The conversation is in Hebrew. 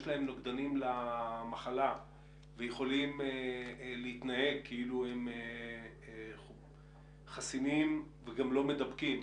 יש להם נוגדנים למחלה ויכולים להתנהג כאילו הם חסינים וגם לא מדבקים,